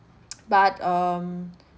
but um